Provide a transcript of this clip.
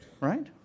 Right